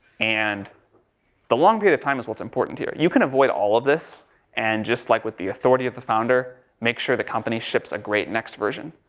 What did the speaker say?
and the long period of time is what's important here. you can avoid all of this and just like with the authority of the founder make sure the company ships a great next version.